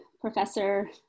professor